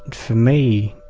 for me,